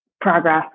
progress